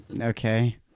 okay